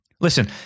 Listen